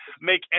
make